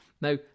Now